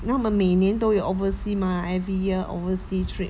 他们每年都有 oversea mah every year oversea trip